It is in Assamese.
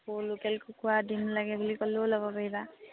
আকৌ লোকেল কুকুৰাৰ ডিম লাগে বুলি ক'লেও ল'ব পাৰিবা